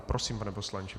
Prosím, pane poslanče.